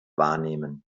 wahrnehmen